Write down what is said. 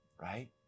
right